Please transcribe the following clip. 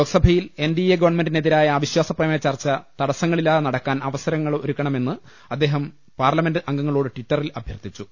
ലോക്സ ഭയിൽ N D A ഗവൺമെന്റിനെതിരായ അവിശ്വാസ പ്രമേയ ചർച്ച തടസ്സങ്ങളില്ലാതെ നടക്കാൻ അവസരമൊരുക്കണമെന്ന് അദ്ദേഹം പാർലമെന്റ് അംഗങ്ങളോട് ടിറ്ററിൽ അഭ്യർത്ഥിച്ചു